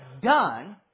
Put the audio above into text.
done